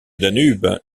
danube